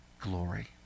glory